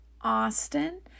Austin